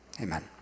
Amen